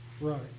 Right